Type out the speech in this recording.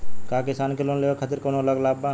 का किसान के लोन लेवे खातिर कौनो अलग लाभ बा?